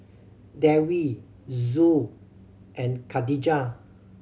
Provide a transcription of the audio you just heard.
Dewi Zul and Khadija